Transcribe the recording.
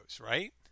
right